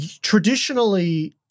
traditionally